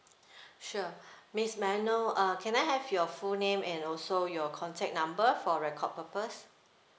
sure miss may I know uh can I have your full name and also your contact number for record purpose